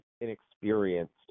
inexperienced